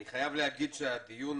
אני חייב לומר שהדיון